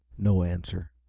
no answer.